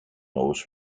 knows